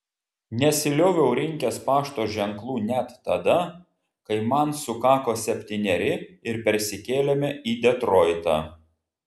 nesilioviau rinkęs pašto ženklų net tada kai man sukako septyneri ir persikėlėme į detroitą